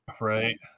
Right